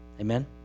Amen